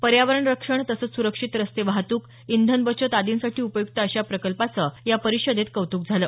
पर्यावरण रक्षण तसंच सुरक्षित रस्ते वाहतूक इंधन बचत आदींसाठी उपयुक्त अशा या प्रकल्पाचं या परिषदेत कौत्क झालं